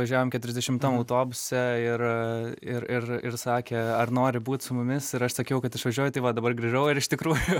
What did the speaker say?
važiavom keturiasdešimtam autobuse ir ir ir ir sakė ar nori būt su mumis ir aš sakiau kad išvažiuoju tai va dabar grįžau ir iš tikrųjų